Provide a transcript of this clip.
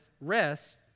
rest